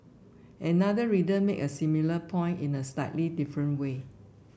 another reader made a similar point in a slightly different way